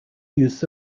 use